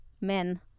men